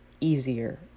easier